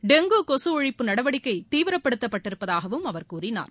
dengue கொசு ஒழிப்பு நடவடிக்கை தீவிரப்படுத்தப்பட்டிருப்பதாகவும் அவர் கூறினார்